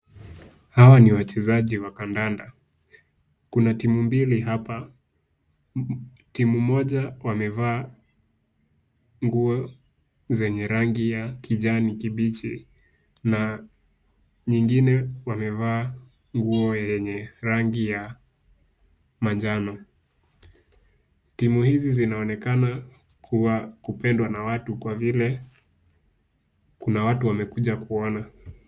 Hawa ni wachezaji wa kandanda, kuna timu mbili hapa. Timu moja wamevaa nguo zenye rangi ya kijani kibichi na nyingine wamevaa nguo yenye rangi ya manjano. Timu hizi zinaonekana kupendwa na watu kwa vile kuna watu wamekuja kuona.